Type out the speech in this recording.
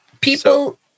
people